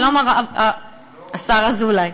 שלום, השר אזולאי.